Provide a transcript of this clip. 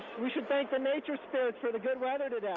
we should thank the nature spirits for the good weather today.